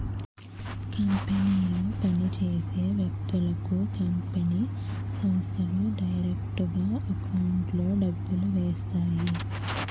కంపెనీలో పని చేసే వ్యక్తులకు కంపెనీ సంస్థలు డైరెక్టుగా ఎకౌంట్లో డబ్బులు వేస్తాయి